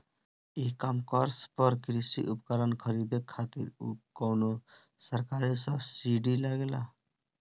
ई कॉमर्स पर कृषी उपकरण खरीदे खातिर कउनो सरकारी सब्सीडी मिलेला?